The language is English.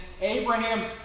Abraham's